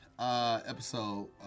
Episode